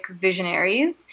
visionaries